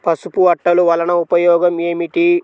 పసుపు అట్టలు వలన ఉపయోగం ఏమిటి?